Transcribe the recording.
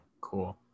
cool